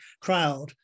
crowd